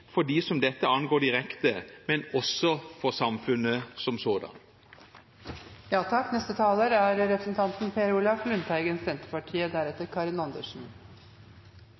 for dem som dette angår direkte, men også for samfunnet som